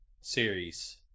series